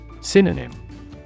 Synonym